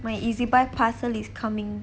my ezbuy parcel is coming